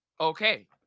Okay